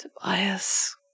Tobias